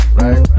right